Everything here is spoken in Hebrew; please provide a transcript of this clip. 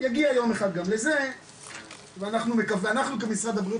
נגיע יום אחד גם לזה ואנחנו כמשרד הבריאות